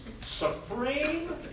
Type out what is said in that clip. supreme